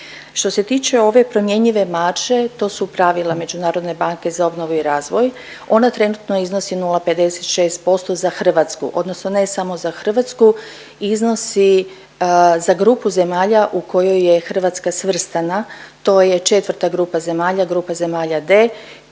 Što se tiče ove promjenjive marže, to su pravila Međunarodne banke za obnovu i razvoj, ona trenutno iznosi 0,56% za Hrvatsku, odnosno ne samo za Hrvatsku, iznosi za grupu zemalja u kojoj je Hrvatska svrstana, to je 4. grupa zemalja, grupa zemalja D,